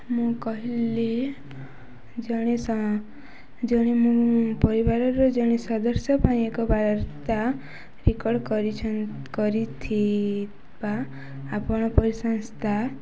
ମୁଁ କହିଲି ଜଣେ ଜଣେ ମୋ ପରିବାରର ଜଣେ ସଦସ୍ୟ ପାଇଁ ଏକ ବାର୍ତ୍ତା ରେକର୍ଡ଼ କରିଛ କରିଥିବା ଆପଣ ପରିସଂସ୍ଥା